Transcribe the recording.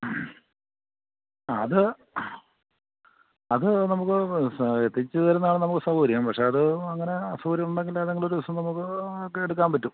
അത് അത് നമുക്ക് എത്തിച്ചുതരുന്നാണ് നമുക്ക് സൗകര്യം പക്ഷെ അത് അങ്ങനെ അസൗര്യം ഉണ്ടെങ്കില് ഏതെങ്കിലുമൊരു ദിവസം നമുക്ക് ഒക്കെ എടുക്കാൻ പറ്റും